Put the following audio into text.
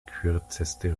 kürzeste